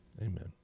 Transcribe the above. Amen